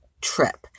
trip